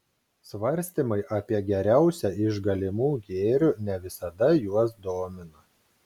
svarstymai apie geriausią iš galimų gėrių ne visada juos domina